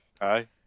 Hi